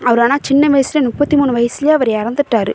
அவர் ஆனால் சின்ன வயசுல முப்பத்தி மூணு வயசுல அவர் இறந்துட்டாரு